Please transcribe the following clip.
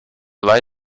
lie